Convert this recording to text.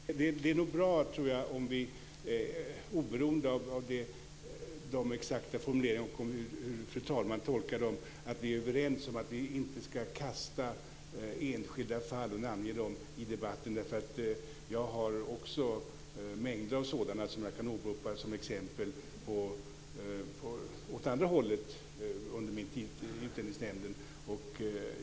Fru talman! Det är nog bra, tror jag, om vi oberoende av de exakta formuleringarna och av hur fru talman tolkar dem, är överens om att vi inte ska kasta ut enskilda fall och namnge dem i debatten. Jag har också mängder av sådana som jag kan åberopa som exempel åt andra hållet från min tid i Utlänningsnämnden.